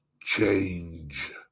change